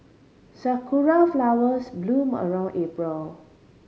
sakura flowers bloom around April